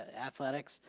athletics,